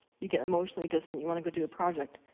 you get emotionally distant, you wanna go do a project.